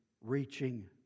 reaching